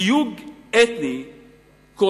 תיוג אתני קורה,